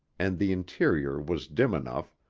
and the interior was dim enough,